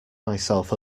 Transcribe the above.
myself